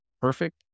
perfect